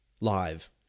live